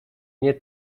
nie